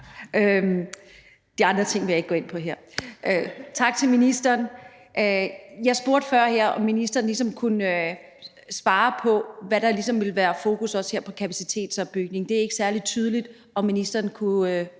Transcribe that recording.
Tak til ministeren. Jeg spurgte før, om ministeren ligesom kunne svare på, hvad der ville være fokus på i forhold til kapacitetsopbygning. Det er ikke særlig tydeligt. Kunne ministeren